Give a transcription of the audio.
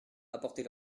apporter